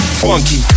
funky